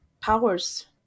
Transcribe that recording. powers